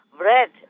bread